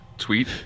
Tweet